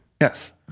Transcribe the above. Yes